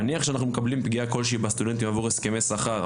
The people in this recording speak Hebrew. נניח שאנחנו מקבלים פגיעה כלשהי בסטודנטים עבור הסכמי שחר,